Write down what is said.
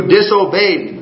disobeyed